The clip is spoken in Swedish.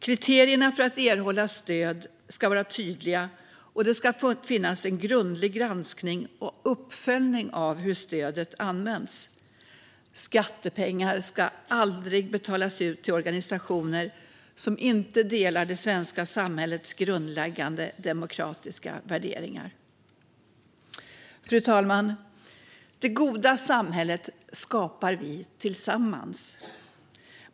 Kriterierna för att erhålla stöd ska vara tydliga, och det ska finnas en grundlig granskning och uppföljning av hur stödet används. Skattepengar ska aldrig betalas ut till organisationer som inte delar det svenska samhällets grundläggande demokratiska värderingar. Fru talman! Det goda samhället skapar vi tillsammans.